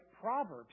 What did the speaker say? Proverbs